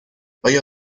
آیا